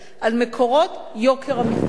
על מקורות יוקר המחיה.